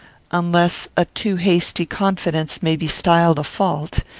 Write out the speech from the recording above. unless a too hasty confidence may be styled a fault.